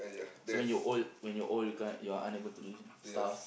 so when you old when you're old guy you're can't you're unable to do this stuff